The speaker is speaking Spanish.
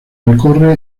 recorre